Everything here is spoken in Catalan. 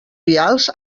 vials